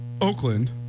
Oakland